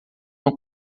não